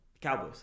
Cowboys